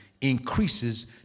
increases